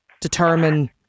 determine